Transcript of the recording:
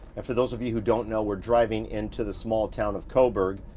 and for those of you who don't know, we're driving in to the small town of coburg,